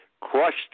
crushed